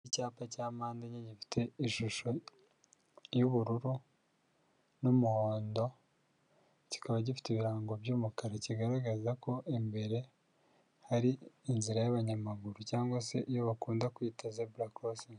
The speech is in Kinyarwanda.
Icyapa cya mpande enye gifite ishusho y'ubururu n'umuhondo, kikaba gifite ibirango by'umukara kigaragaza ko imbere hari inzira y'abanyamaguru cyangwa se iyo bakunda kwita Zebura korosingi.